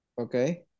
Okay